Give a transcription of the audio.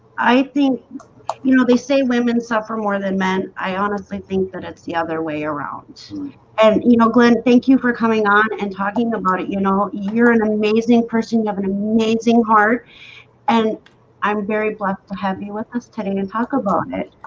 i think you know, they say women suffer more than men i honestly think that it's the other way around and you know glenn thank you for coming on and talking about it you know, you're an amazing person you have an amazing heart and i'm very blessed to have you with us attending and talk about it,